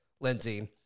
Lindsey